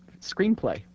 screenplay